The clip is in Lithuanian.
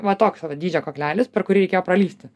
va toks va dydžio kaklelis per kurį reikėjo pralįsti